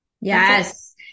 Yes